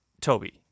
Toby